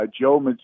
Joe